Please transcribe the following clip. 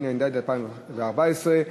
התשע"ד 2014,